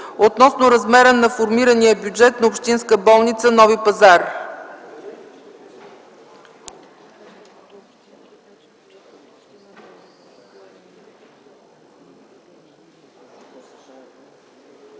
относно размера на формирания бюджет на Общинска болница – Нови пазар.